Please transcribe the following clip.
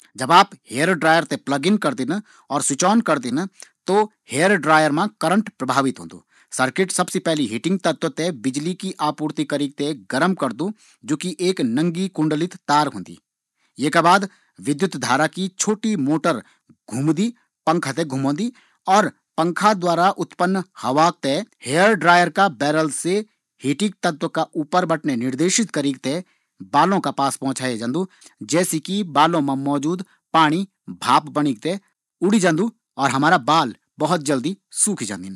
ज़ब आप hair dryer ते प्लग इन करदिन तो हेयर ड्राइयॉ मा करंट प्रवाहित होन्दु यु करंट करंट सब्सिडी पैली हिटिंग तत्व ते गर्म करदु फिर एक छोटा सा पंखा ते मोटर घूमोन्दी और हवा कु प्रवाह नौजल का माध्यम सी अगने जांदु जु कि हमारा गीला बालो सी पाणी ते भाप बनाई क साफ करदु